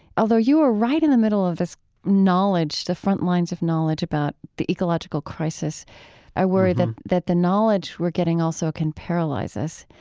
although you are right in the middle of this knowledge the front lines of knowledge about the ecological crisis i worry that the knowledge we're getting also can paralyze us.